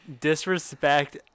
disrespect